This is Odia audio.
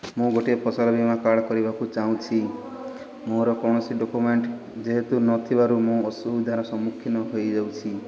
ମୁଁ ଗୋଟିଏ ଫସଲ ବୀମା କାର୍ଡ଼ କରିବାକୁ ଚାହୁଁଛି ମୋର କୌଣସି ଡକ୍ୟୁମେଣ୍ଟ ଯେହେତୁ ନଥିବାରୁ ମୁଁ ଅସୁବିଧାର ସମ୍ମୁଖୀନ ହୋଇଯାଉଛି